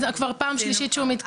כבר פעם שלישית שהוא מתקיים.